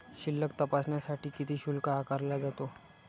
शिल्लक तपासण्यासाठी किती शुल्क आकारला जातो?